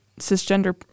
cisgender